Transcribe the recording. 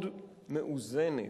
לכן הוועדה גיבשה הצעה מאוד מאוד מאוזנת,